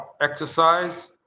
exercise